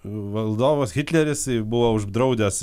valdovas hitleris buvo uždraudęs